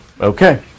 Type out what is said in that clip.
Okay